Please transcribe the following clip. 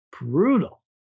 Brutal